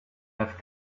have